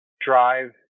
drive